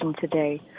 today